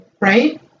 right